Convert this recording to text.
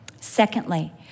Secondly